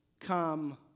come